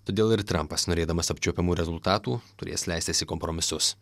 todėl ir trampas norėdamas apčiuopiamų rezultatų turės leistis į kompromisus